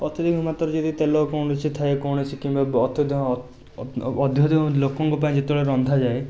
ଅତ୍ୟଧିକ ମାତ୍ରାରେ ଯଦି ତେଲ କମ୍ ବେଶୀ ଥାଏ କୌଣସି କିମ୍ବା ବ ଅତ୍ୟଧିକ ଅଧିକ ଯେଉଁ ଲୋକଙ୍କ ପାଇଁ ଯେତେବେଳେ ରନ୍ଧାଯାଏ